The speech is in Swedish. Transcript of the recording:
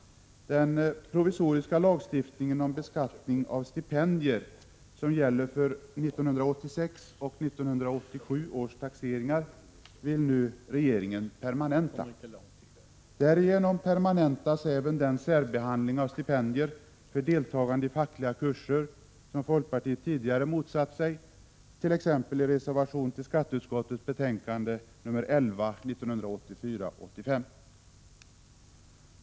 Den provisoriska lagstiftningen om beskattning av stipendier som gäller för 1986 och 1987 års taxeringar vill nu regeringen permanenta. Därigenom permanentas även den särbehandling av stipendier för deltagande i fackliga kurser som folkpartiet tidigare motsatte sig, t.ex. i en reservation till skatteutskottets betänkande nr 11 1984/85.